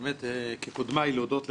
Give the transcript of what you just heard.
באמת, כקודמיי, להודות לך.